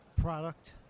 product